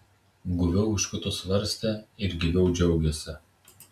guviau už kitus svarstė ir gyviau džiaugėsi